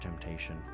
temptation